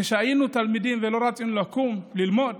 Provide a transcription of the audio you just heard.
כשהיינו תלמידים ולא רצינו לקום ללמוד,